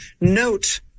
note